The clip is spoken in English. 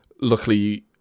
luckily